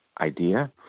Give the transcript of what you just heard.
idea